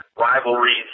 rivalries